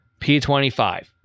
P25